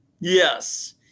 yes